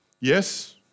Yes